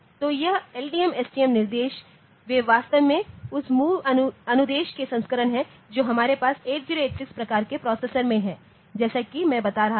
तो यह LDM STM निर्देश वे वास्तव में उस MOVs अनुदेश का संस्करण हैं जो हमारे पास 8086 प्रकार के प्रोसेसर में हैं जैसा कि मैं बता रहा था